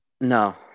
no